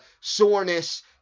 soreness